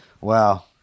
Wow